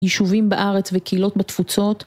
יישובים בארץ וקהילות בתפוצות.